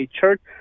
Church